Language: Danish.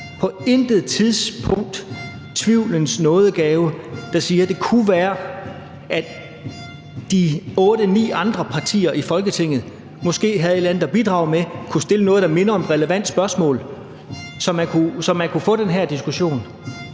på intet tidspunkt haft tvivlens nådegave, i forhold til at det kunne være, at de 8-9 andre partier i Folketinget måske havde et eller andet at bidrage med og kunne stille noget, der mindede om relevante spørgsmål, så man kunne få den her diskussion?